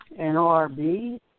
NORB